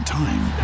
time